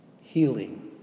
Healing